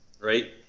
right